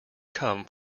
come